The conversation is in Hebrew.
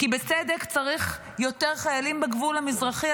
כי בצדק צריך יותר חיילים בגבול המזרחי,